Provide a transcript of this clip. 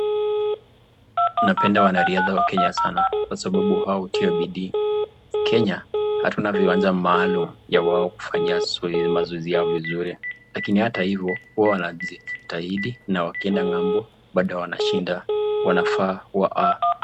Napenda wanariadha wa Kenya sana kwa sababu hao hutia bidii. Kenya hatuna viwanja maalum ya wao kufanya mazoezi yao vizuri, lakini hata hivo huwa wanajitahidi na wakienda ng'ambo bado wanashinda wanafaa a.